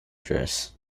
dress